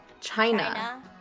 China